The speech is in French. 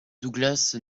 douglas